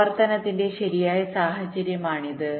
പ്രവർത്തനത്തിന്റെ ശരിയായ സാഹചര്യമാണിത്